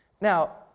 Now